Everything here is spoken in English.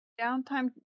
Downtime